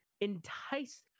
entice